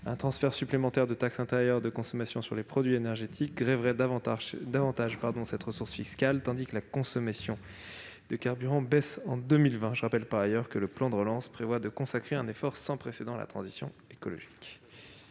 un transfert supplémentaire de taxe intérieure de consommation sur les produits énergétiques grèverait davantage encore cette ressource fiscale, alors même que la consommation de carburant baisse en 2020. Enfin, je rappelle que le plan de relance prévoit de consacrer un effort sans précédent à la transition écologique.